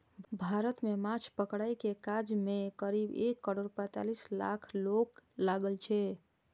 भारत मे माछ पकड़ै के काज मे करीब एक करोड़ पैंतालीस लाख लोक लागल छै